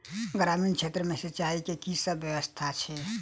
ग्रामीण क्षेत्र मे सिंचाई केँ की सब व्यवस्था छै?